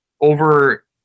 over